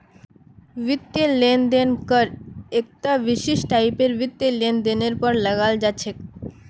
वित्तीय लेन देन कर एकता विशिष्ट टाइपेर वित्तीय लेनदेनेर पर लगाल जा छेक